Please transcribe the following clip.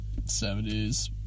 70s